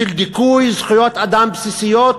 של דיכוי זכויות אדם בסיסיות.